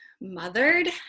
mothered